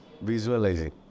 visualizing